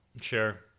sure